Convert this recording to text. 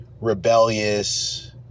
rebellious